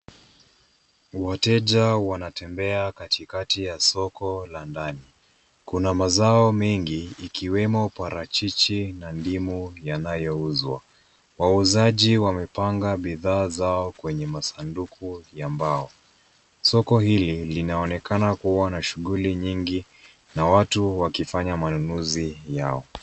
Wateja wanatembea katikati ya soko la ndani. Kuna mazao mengi ikiwemo parachichi na ndimu yanayouzwa. Wauzaji wamepanga bidhaa zao kwenye masanduku ya mbao. Soko hili linaonekana kuwa na shughuli nyingi na watu wakifanya manunuzi yao.